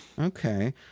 Okay